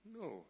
No